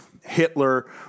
Hitler